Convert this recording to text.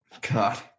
God